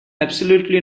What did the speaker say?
absolutely